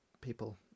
people